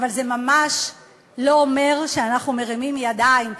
אבל זה ממש לא אומר שאנחנו מרימים ידיים.